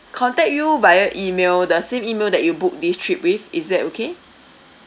contact you via email the same email that you booked this trip with is that okay